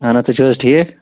اَہَن حظ تُہۍ چھِو حظ ٹھیٖک